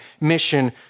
mission